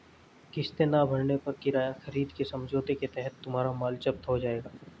किस्तें ना भरने पर किराया खरीद के समझौते के तहत तुम्हारा माल जप्त हो जाएगा